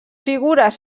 figures